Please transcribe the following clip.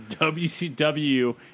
WCW